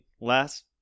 Last